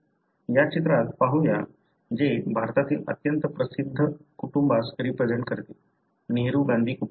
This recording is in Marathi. या चित्रात पाहूया जे भारतातील अत्यंत प्रसिद्ध कुटुंबास रिप्रेझेन्ट करते नेहरू गांधी कुटुंब